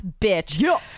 bitch